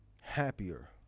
happier